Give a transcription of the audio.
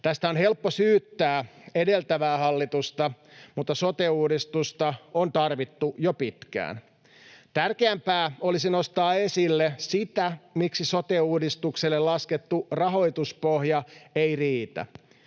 Tästä on helppo syyttää edeltävää hallitusta, mutta sote-uudistusta on tarvittu jo pitkään. Tärkeämpää olisi nostaa esille sitä, miksi sote-uudistukselle laskettu rahoituspohja ei riitä.